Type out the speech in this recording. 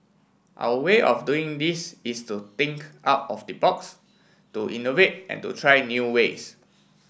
our way of doing this is to think out of the box to innovate and to try new ways